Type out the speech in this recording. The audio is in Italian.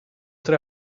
tre